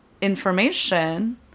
information